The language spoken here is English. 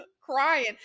crying